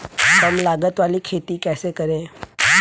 कम लागत वाली खेती कैसे करें?